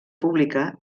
pública